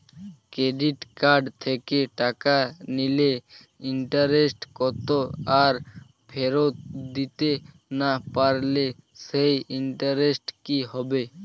Credit card থেকে টাকা নিলে ইন্টারেস্ট কত আর ফেরত দিতে না পারলে সেই ইন্টারেস্ট কি হবে?